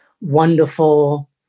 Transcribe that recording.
wonderful